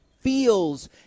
feels